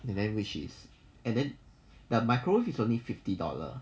and then which is and then the microwave is only fifty dollar